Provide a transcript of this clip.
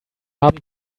haben